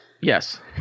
Yes